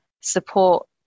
support